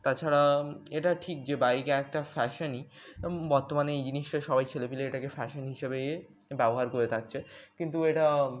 তাছাড়া এটা ঠিক যে বাইকে একটা ফ্যাশানই বর্তমানে এই জিনিসটা সবাই ছেলেপিলে এটাকে ফ্যাশান হিসেবে ইয়ে ব্যবহার করে থাকছে কিন্তু এটা